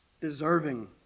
Deserving